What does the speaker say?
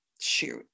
shoot